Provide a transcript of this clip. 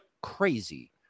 Crazy